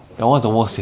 what the f~